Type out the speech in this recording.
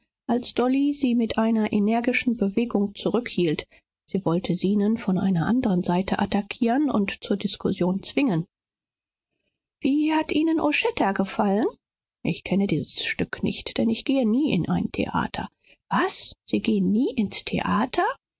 als dolly sie mit einer energischen bewegung zurückhielt sie wollte zenon von einer anderen seite attackieren und zur diskussion zwingen wie hat ihnen ocheta gefallen ich kenne dieses stück nicht denn ich gehe nie in ein theater was sie gehen nie ins theater